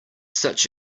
such